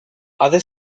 other